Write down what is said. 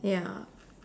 ya